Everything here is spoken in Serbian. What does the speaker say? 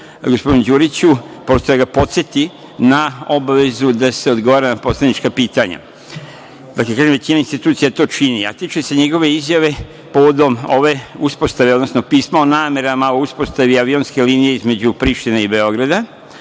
gospodinu Đuriću da ga podseti na obavezu da se odgovara na poslanička pitanja. Dakle, većina institucija to čini, a tiče se njegove izjave povodom ove uspostave, odnosno pisma o namerama o uspostavi avionske linije između Prištine i Beograda